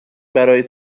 برای